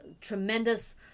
tremendous